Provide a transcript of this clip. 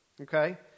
okay